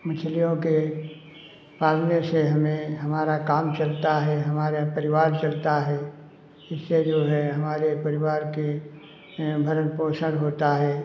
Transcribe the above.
मछलियों के पालने से हमें हमारा काम चलता है हमारा परिवार चलता है इससे जो है हमारे परिवार के भरण पोषण होता है